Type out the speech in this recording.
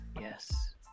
Yes